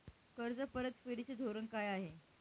कर्ज परतफेडीचे धोरण काय आहे?